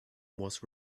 was